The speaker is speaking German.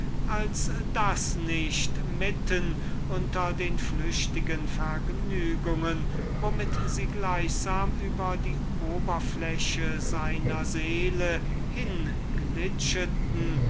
als daß nicht mitten unter den flüchtigen vergnügungen womit sie gleichsam über die oberfläche seiner seele